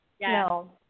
No